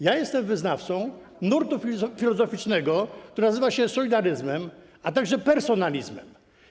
Jestem wyznawcą nurtu filozoficznego, który nazywa się solidaryzmem, a także personalizmem.